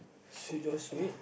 should we just switch